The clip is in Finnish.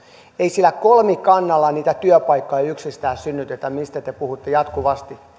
ei sillä kolmikannalla niitä työpaikkoja yksistään synnytetä mistä te puhutte jatkuvasti